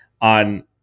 on